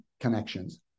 connections